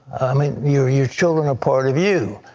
i mean your your children are a part of you.